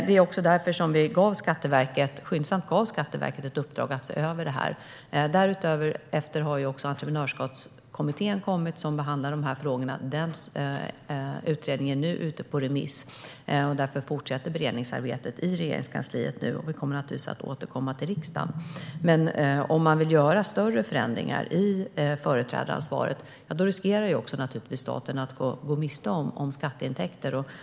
Det var också därför vi skyndsamt gav Skatteverket i uppdrag att se över detta. Därefter har också Entreprenörskapskommitténs utredning, som behandlar dessa frågor, kommit. Den är nu ute på remiss, och därför fortsätter beredningsarbetet i Regeringskansliet. Vi återkommer givetvis till riksdagen. Gör man större förändringar i företrädaransvaret riskerar staten att gå miste om skatteintäkter.